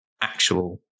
actual